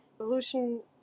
evolution